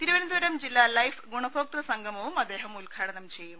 തിരുവനന്തപുരം ജില്ലാ ലൈഫ് ഗുണഭോക്തൃ സംഗമവും അദ്ദേഹം ഉദ്ഘാടനം ചെയ്യും